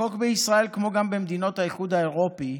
החוק בישראל, כמו גם במדינות האיחוד האירופי,